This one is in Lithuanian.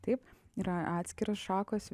taip yra atskiros šakos